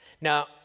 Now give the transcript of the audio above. Now